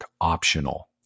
optional